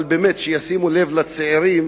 אבל שישימו לב לצעירים,